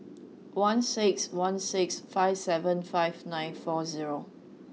one six one six five seven five nine four zero